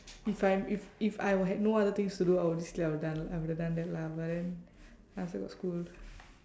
if I'm if if I were had no other things to do honestly I would done I would have done that lah but then I still got school